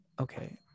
okay